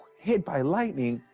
hit by lightning,